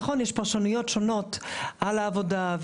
נכון שיש פרשנויות שונות על העבודה,